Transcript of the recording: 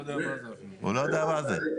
1996. הוא לא יודע מה זה.